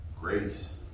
grace